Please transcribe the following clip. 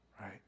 right